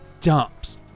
dumps